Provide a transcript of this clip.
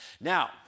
Now